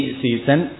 season